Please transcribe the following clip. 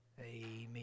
Amen